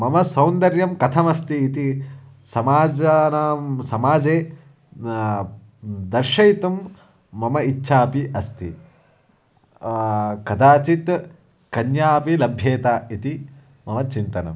मम सौन्दर्यं कथम् अस्ति इति समाजानां समाजे दर्शयितुं मम इच्छा अपि अस्ति कदाचित् कन्या अपि लभ्येत् इति मम चिन्तनम्